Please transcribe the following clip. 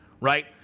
Right